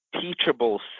teachable